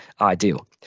ideal